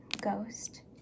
Ghost